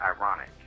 ironic